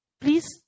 Please